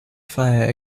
fire